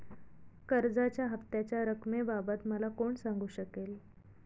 कर्जाच्या हफ्त्याच्या रक्कमेबाबत मला कोण सांगू शकेल?